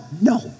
no